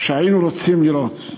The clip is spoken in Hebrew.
שהיינו רוצים לראות.